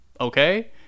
okay